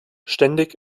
ständig